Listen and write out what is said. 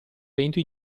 vento